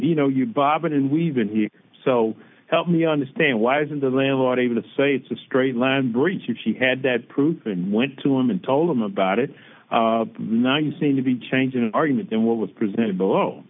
you know you bob and we've been here so help me understand why isn't the landlord able to say it's a straight line breach if he had that proof and went to him and told him about it not you seem to be changing an argument then what was presented below